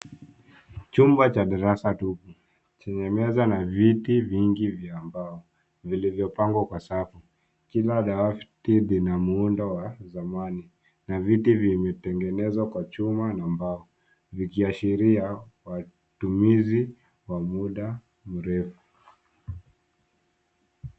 Chumba cha darsa tupu chenye meza na viti vingi vya mbao vilivyopangwa kwa safu ,kila dawati lina muundo wa zamani na viti vimetengenewa kwa chuma na mbao vikiashiria matumizi ya muda mrefu.